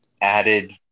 added